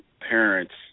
parents